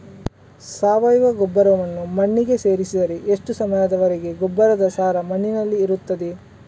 ಸಾವಯವ ಗೊಬ್ಬರವನ್ನು ಮಣ್ಣಿಗೆ ಸೇರಿಸಿದರೆ ಎಷ್ಟು ಸಮಯದ ವರೆಗೆ ಗೊಬ್ಬರದ ಸಾರ ಮಣ್ಣಿನಲ್ಲಿ ಇರುತ್ತದೆ?